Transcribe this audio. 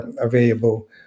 available